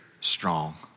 strong